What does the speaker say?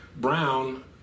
Brown